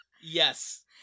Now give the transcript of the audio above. Yes